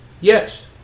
Yes